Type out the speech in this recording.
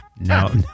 No